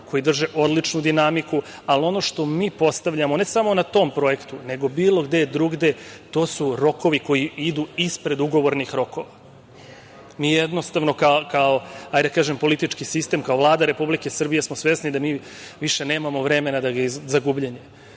koji drže odličnu dinamiku, ali ono što mi postavljamo ne samo na tom projektu, nego bilo gde drugde, to su rokovi koji idu ispred ugovornih rokova. Mi jednostavno kao, hajde da kažem, politički sistem, kao Vlada Republike Srbije smo svesni da mi više nemamo vremena za gubljenje.